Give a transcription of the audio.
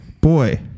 boy